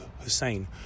Hussein